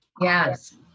Yes